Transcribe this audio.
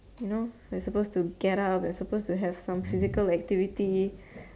you know you're supposed to get up you're supposed to have some physical activity